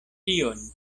tion